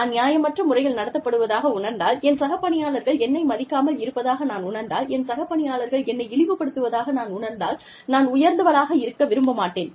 நான் நியாயமற்ற முறையில் நடத்தப்படுவதாக உணர்ந்தால் என் சகபணியாளர்கள் என்னை மதிக்காமல் இருப்பதாக நான் உணர்ந்தால் என் சகபணியாளர்கள் என்னை இழிவுபடுத்துவதாக நான் உணர்ந்தால் நான் உயர்ந்தவளாக இருக்க விரும்ப மாட்டேன்